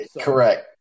Correct